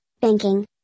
banking